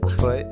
put